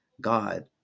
God